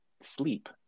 sleep